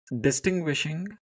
distinguishing